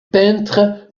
peintre